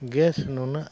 gas ᱱᱩᱱᱟᱹᱜ